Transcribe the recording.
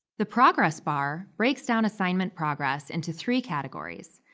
the progress bar breaks down assignment progress into three categories,